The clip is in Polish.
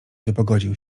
wypogodził